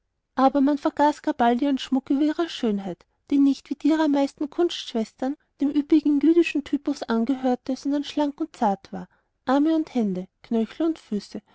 aber man vergaß gar bald ihren schmuck über ihrer schönheit die nicht wie die ihrer meisten kunstschwestern dem üppigen jüdischen typus angehörte sondern schlank und zart war arme und hände knöchel und füße